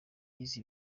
yize